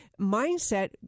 mindset